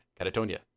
catatonia